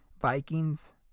Vikings